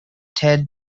ted